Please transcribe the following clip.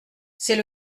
c’est